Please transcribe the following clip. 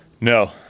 No